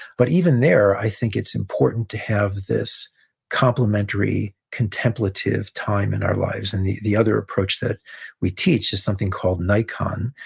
but even there, i think it's important to have this complimentary, contemplative time in our lives. and the the other approach that we teach is something called naikan,